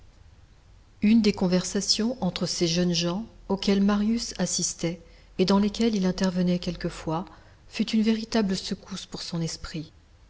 une des conversations entre ces jeunes gens auxquelles marius assistait et dans lesquelles il intervenait quelquefois fut une véritable secousse pour son esprit